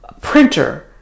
printer